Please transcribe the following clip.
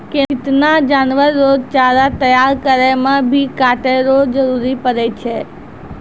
केतना जानवर रो चारा तैयार करै मे भी काटै रो जरुरी पड़ै छै